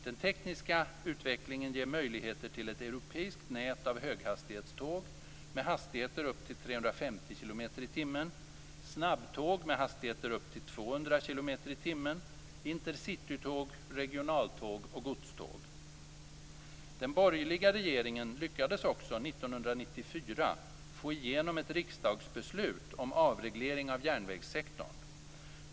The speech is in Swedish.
Den tekniska utvecklingen ger möjligheter till ett europeiskt nät av höghastighetståg med hastigheter upp till 350 km i timmen, snabbtåg med hastigheter upp till 200 km i timmen, intercitytåg, regionaltåg och godståg. Den borgerliga regeringen lyckades också 1994 få igenom ett riksdagsbeslut om avreglering av järnvägssektorn.